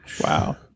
Wow